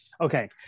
Okay